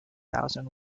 thousand